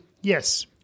Yes